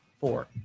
four